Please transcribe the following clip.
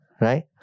Right